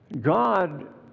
God